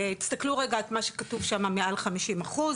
תסתכלו רגע, מה שכתוב שמה, מעל 50 אחוז,